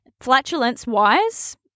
flatulence-wise